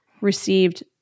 received